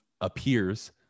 appears